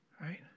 right